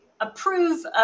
approve